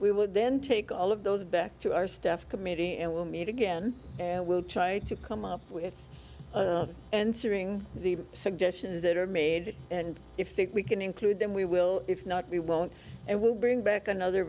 we would then take all of those back to our staff committee and we'll meet again we'll try to come up with answering the suggestions that are made and if we can include them we will if not we won't and will bring back another